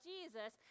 Jesus